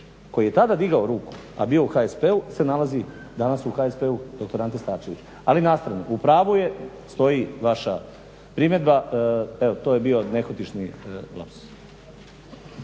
koji je tada digao ruku, a bio u HSP-u se nalazi danas u HSP-u dr. Ante Starčević. Ali na stranu, u pravu je stoji vaša primjedba evo to je bio nehotični lapsus.